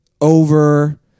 over